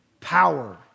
power